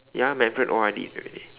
ya my friends O_R_Ded already